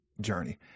journey